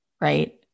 right